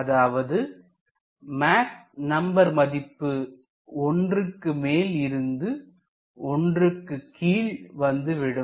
அதாவது Mach number மதிப்பு ஒன்றுக்கு மேல் இருந்தது 1 க்கு கீழ் வந்துவிடும்